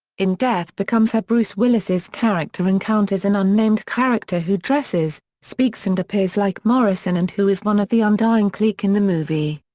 in death becomes her bruce willis's character encounters an unnamed character who dresses, speaks and appears like morrison morrison and who is one of the undying clique in the movie.